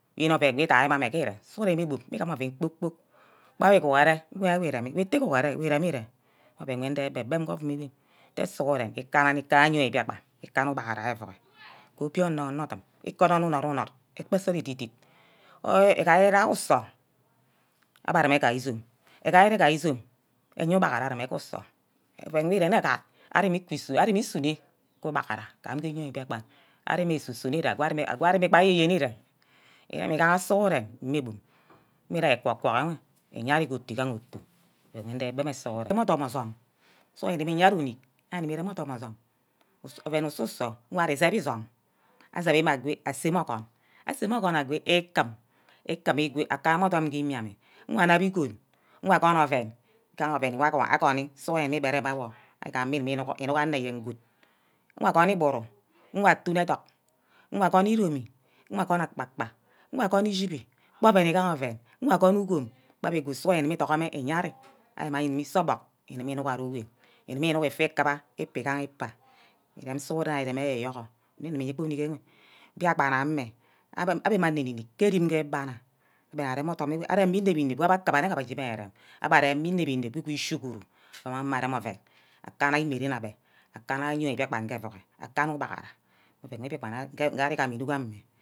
Yene oven wu idai mme amme ire sughu igbon mugu-ugam oven kpor-kpok, gbe wu guhoren mmigaha wurem- wor itte uguhore we irem wor ire mme oven nde ebe-beb ke ovum gor nte sughuren ana-ikana ayo biakpan, ukanna ubaghara ke euuro, obinor nne odum kube onor unord unord ekpe nsort editdit agard ure usor abbe areme gai izome, egard ere gai izome eyeah udaghara areme ke usor, oven wor irene agad ari mme iku sunor, ari-mme isunor ke ubaghara ga yene biakpan, ari-mme esu-sunor ire, ago ari mme gbai eyen yen erear, igaha sughuren mme bum mme ire egwa-gward ari gee otu, igaha otu oven ndege ibem sughuren, arem odum osume sughuren uguba iyea ari unick ariguma irem odum osume, oven ususor, ngai ari isep isume asep me agu aseme ogun, aseme ogun aso ikem ikem igo akama odum ke imi ame, ngaha anep igon, ngaha ogun oven, igaha oven wor aguni sughuren igbere mme awor igame igumeh inug ane yen good nga gwon igburu, iga tome educk nga gwon iromi, nga gwon akpa-kpa nga gwon ishibi, mbab oven igaha oven nga gwon ugum gba beh good sughuren ugubu idogho mme iye- ari, ari gume ise obunk igume nuari wen igume inuck efia kuba ikpa egaha ikpa irem sughuren ari-reme ayourghu memim ke enick anwe biakpan amme abbe mme anor enick-nick kerimbe banna abbe nna arem odom inep-inep igu chiguru amang mme erem oven, akana imeren agbe, akana eyea mbiakpan ke euuro akana ubaghara nge ari gema inuk amin.